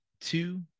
two